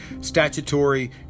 statutory